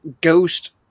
ghost